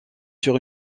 sur